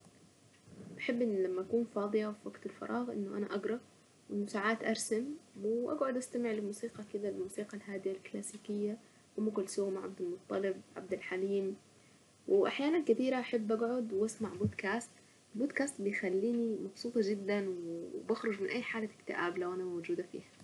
بحب ان لما اكون فاضية في وقت الفراغ انه انا اقرا و ساعات ارسم واقعد استمع لموسيقى كذا الموسيقى الهادئة الكلاسيكية ام كلثوم عبد المطلب، عبد الحليم واحيانا كثيرة احب اقعد واسمع بودكاست بيخليني مبسوطة جدا وبخرج من اي حالة اكتئاب لو انا موجودة فيها.